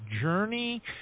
journey